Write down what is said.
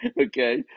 Okay